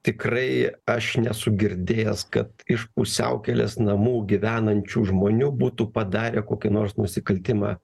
tikrai aš nesu girdėjęs kad iš pusiaukelės namų gyvenančių žmonių būtų padarę kokį nors nusikaltimą